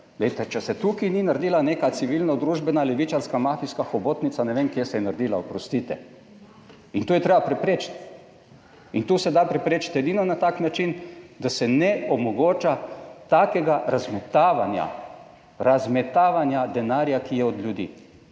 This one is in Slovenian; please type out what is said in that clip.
če se tukaj ni naredila neka civilno družbena levičarska mafijska hobotnica, ne vem kje se je naredila, oprostite. In to je treba preprečiti in to se da preprečiti edino na tak način, da se ne omogoča takega razmetavanja denarja, ki je od ljudi